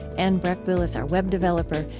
anne breckbill is our web developer.